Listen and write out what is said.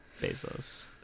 bezos